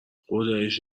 خداییش